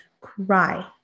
cry